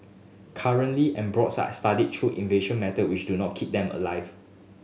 currently embryos are studied through invasive method which do not keep them alive